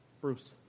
Bruce